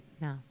No